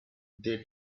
they